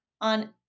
On